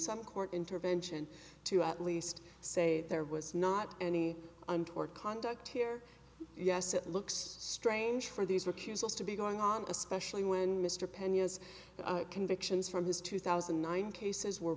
some court intervention to at least say there was not any untoward conduct here yes it looks strange for these recusals to be going on especially when mr penn yes convictions from his two thousand and nine cases were